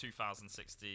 2016